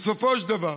בסופו של דבר,